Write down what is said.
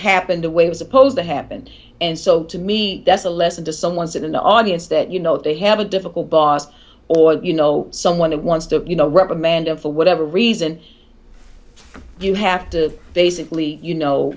happen the way was supposed to happen and so to me that's a lesson to someone sit in the audience that you know they have a difficult bars or you know someone who wants to you know reprimand or for whatever reason you have to basically you know